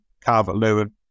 Carver-Lewin